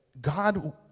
god